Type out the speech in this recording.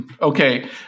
okay